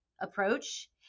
approach